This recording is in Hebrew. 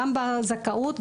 גם בזכאות,